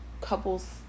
couples